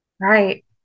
right